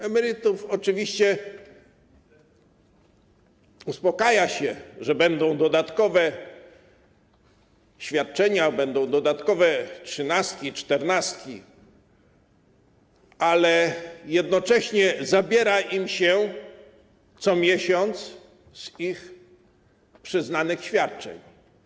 Emerytów oczywiście uspokaja się, że będą dodatkowe świadczenia, dodatkowe trzynastki, czternastki, ale jednocześnie zabiera im się co miesiąc z ich przyznanych świadczeń.